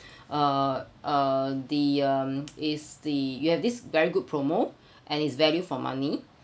uh uh the um is the you have this very good promo and it's value for money